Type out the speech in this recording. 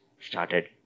started